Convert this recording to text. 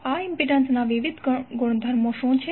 આ ઇમ્પિડન્સ ના વિવિધ ગુણધર્મો શું છે